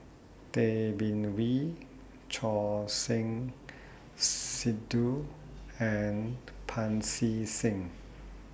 Tay Bin Wee Choor Singh Sidhu and Pancy Seng